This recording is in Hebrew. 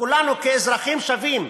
כולנו כאזרחים שווים,